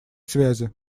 связи